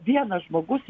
vienas žmogus